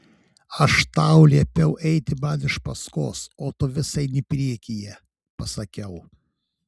aš tau liepiu eiti man iš paskos o tu vis eini priekyje pasakiau